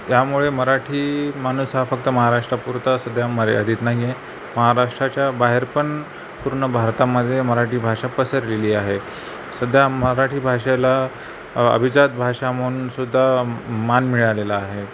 यामुळे मराठी माणूस हा फक्त महाराष्ट्रापुरता सध्या मर्यादित नाही आहे महाराष्ट्राच्या बाहेरपण पूर्ण भारतामध्ये मराठी भाषा पसरलेली आहे सध्या मराठी भाषेला अभिजात भाषा म्हणूनसुद्धा मान मिळालेला आहे